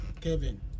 Kevin